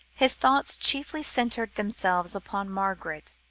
his thoughts chiefly centred themselves upon margaret,